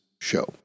show